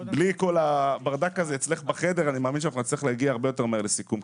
אני מאמין שאצלך בחדר נצליח להגיע מהר לסיכום.